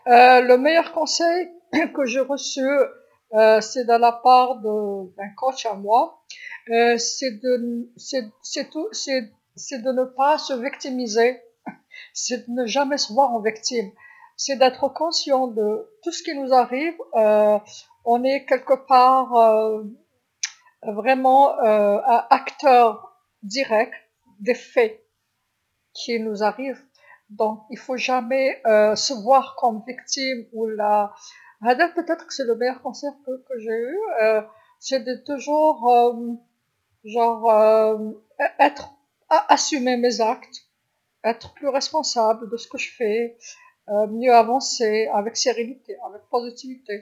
أفضل نصيحه تلقيتها كانت من مدربي هي هي متلعبش دور ضحيه، هي متكونش قاع ضحيه، هي تكون متفطن لكلش يجينا رانا في بلايص نديرو مباشرة صوالح ليجونا، ملزمش تنشاف أبدا كيما ضحيه و لا، أفضل نصيحه ديتها هي دايما نتولى أفعالي، نكون أكثر مسؤوليه على شاندير، تتقدم مليح بهدوء و ايجابيه.